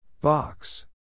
Box